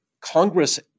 Congress